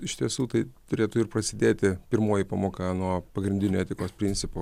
iš tiesų tai turėtų ir prasidėti pirmoji pamoka nuo pagrindinio etikos principo